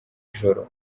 joro